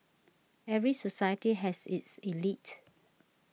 every society has its elite